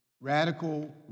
Radical